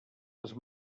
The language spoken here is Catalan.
les